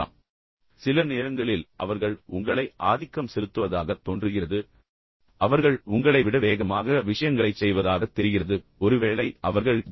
எனவே சில நேரங்களில் அவர்கள் உங்களை ஆதிக்கம் செலுத்துவதாகத் தோன்றுகிறது அவர்கள் உங்களை விட வேகமாக விஷயங்களைச் செய்வதாகத் தெரிகிறது ஒருவேளை அவர்கள் ஜி